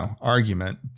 argument